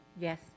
Yes